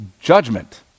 judgment